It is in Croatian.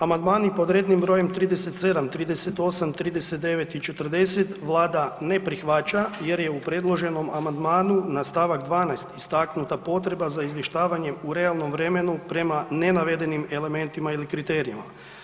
Amandmani pod rednim br. 37, 38, 39 i 40 Vlada ne prihvaća jer je u predloženom amandmanu na st. 12. istaknuta potreba za izvještavanjem u realnom vremenu prema nenavedenim elementima ili kriterijima.